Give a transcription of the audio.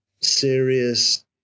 serious